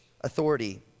authority